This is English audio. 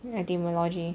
I take my logic